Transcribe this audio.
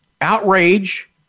outrage